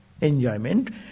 enjoyment